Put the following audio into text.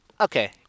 Okay